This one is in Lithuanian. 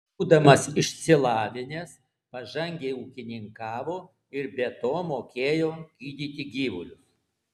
būdamas išsilavinęs pažangiai ūkininkavo ir be to mokėjo gydyti gyvulius